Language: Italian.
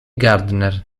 gardner